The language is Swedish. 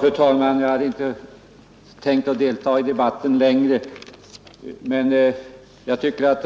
Fru talman! Jag hade inte tänkt delta i debatten längre, men jag tycker att